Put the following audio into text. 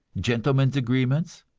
gentlemen's agreements.